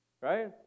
Right